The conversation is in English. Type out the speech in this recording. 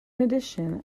addition